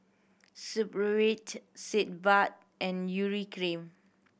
Supravit Sitz Bath and Urea Cream